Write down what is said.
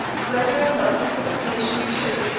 whether or not this explanation be true,